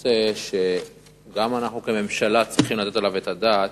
נושא שגם אנחנו כממשלה צריכים לתת עליו את הדעת,